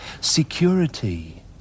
security